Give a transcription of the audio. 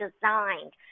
designed